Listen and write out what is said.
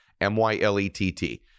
M-Y-L-E-T-T